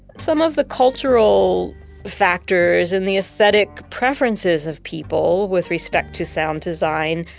some of the cultural factors and the aesthetic preferences of people, with respect to sound design,